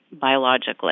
biologically